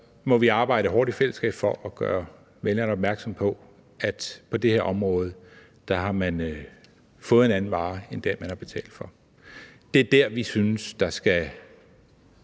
må vi arbejde hårdt i fællesskab for at gøre vælgerne opmærksomme på, at man på det her område har fået en anden vare end den, man har betalt for. Det er dér, vi synes, der skal